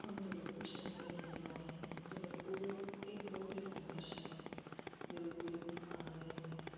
हम जबलपुर शहर के रहने वाले हैं जबलपुर एक बहुत ही सुंदर शहर जबलपुर एक महानगर है